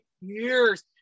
years